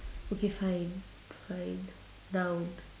okay fine fine noun